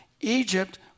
Egypt